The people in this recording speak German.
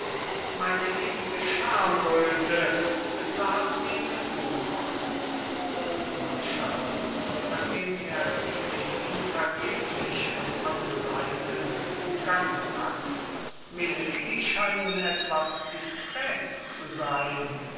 meine ewige schamröthe bezahlt sie mit wucher hofmarschall nachdem er die lady vergeblich von allen seiten umgangen hat milady scheinen etwas distrait zu sein ich